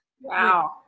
Wow